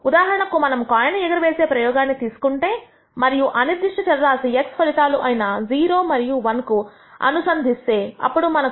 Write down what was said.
ఉదాహరణకు మనము కాయిన్ ఎగరవేసే ప్రయోగాన్ని తీసుకుంటే మరియు అనిర్దిష్ట చర రాశి x ఫలితాలు అయినా 0 మరియు 1 కు అనుసంధిస్తే అప్పుడు మనము x0